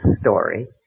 story